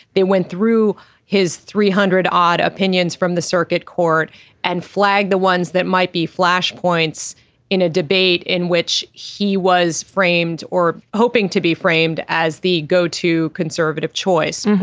they went through his three hundred odd opinions from the circuit court and flag the ones that might be flashpoints in a debate in which he was framed or hoping to be framed as the go to conservative choice.